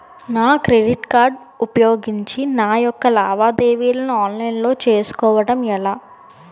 నా credit card ఉపయోగించి నా యెక్క లావాదేవీలను ఆన్లైన్ లో చేసుకోవడం ఎలా?